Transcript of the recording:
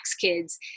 kids